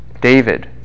David